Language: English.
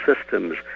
systems